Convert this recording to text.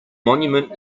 monument